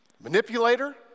manipulator